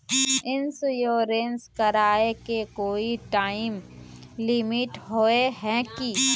Insurance कराए के कोई टाइम लिमिट होय है की?